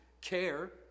care